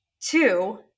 Two